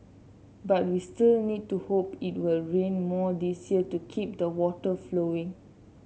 but we still need to hope it will rain more this year to keep the water flowing